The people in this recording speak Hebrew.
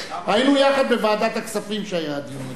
היינו יחד בוועדת הכספים כשהיה הדיון הזה.